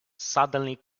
suddenly